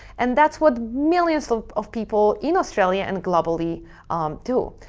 and that's what millions of people in australia and globally do,